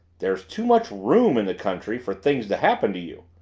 there's too much room in the country for things to happen to you!